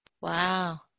Wow